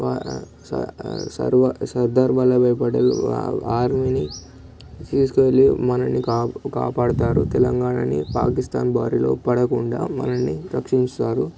వా సర్వా సర్దారు వల్లభాయ్ పటేల్ వా వారిని తీసుకు వెళ్ళిళ్లి మనల్ని కాపాడుతారు తెలంగాణని పాకిస్థాన్ బారిలో పడకుండా మనల్ని రక్షిస్తారు